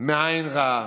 מעין רעה,